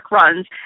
runs